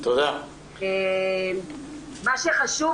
מה שחשוב,